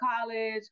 college